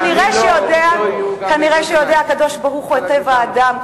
כנראה הקב"ה יודע את טבע האדם,